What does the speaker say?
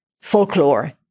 folklore